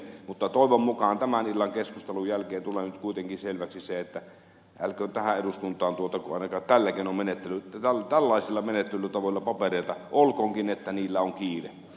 mutta toivon mukaan tämän illan keskustelun jälkeen tulee nyt kuitenkin selväksi se että älköön tähän eduskuntaan tuotako ainakaan tällaisilla menettelytavoilla papereita olkoonkin että niillä on kiire